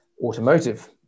automotive